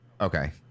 Okay